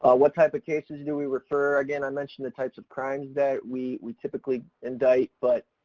ah what type of cases do we refer, again i mentioned the types of crimes that we, we typically indict but,